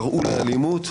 קראו לאלימות,